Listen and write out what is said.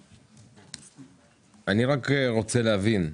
שלומית, אני מבקש להבין: